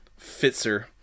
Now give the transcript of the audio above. Fitzer